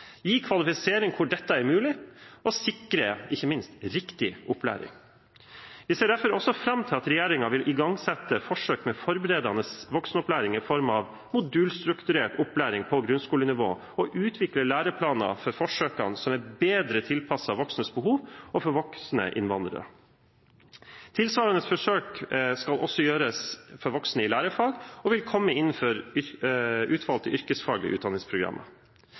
gi kvalifisering hvor dette er mulig, og ikke minst sikre riktig opplæring. Vi ser derfor også fram til at regjeringen vil igangsette forsøk med forberedende voksenopplæring i form av modulstrukturert opplæring på grunnskolenivå, og utvikle læreplaner for forsøkene som er bedre tilpasset voksnes behov, også for voksne innvandrere. Tilsvarende forsøk skal også gjøres for voksne i lærefag og vil komme inn for utvalgte yrkesfaglige utdanningsprogrammer.